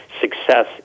success